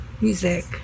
music